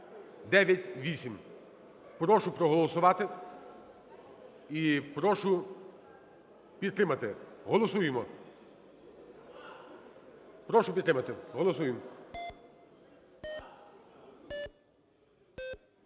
Прошу проголосувати. Прошу підтримати. Голосуємо,